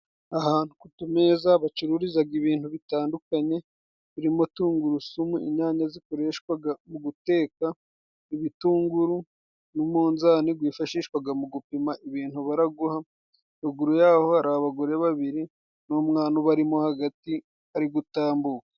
Ahantu ku tumeza bacururizaga ibintu bitandukanye, birimo tungurusumu, inyanya zikoreshwaga mu guteka, ibitunguru n'umunzani gwifashishwaga mu gupima ibintu baraguha, ruguru yaho hari abagore babiri n'umwana ubarimo hagati ari gutambuka.